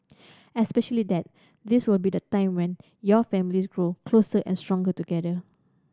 especially that this will be the time when your families grow closer and stronger together